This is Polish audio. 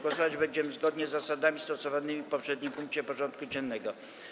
Głosować będziemy zgodnie z zasadami stosowanymi w poprzednim punkcie porządku dziennego.